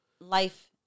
life